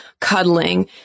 cuddling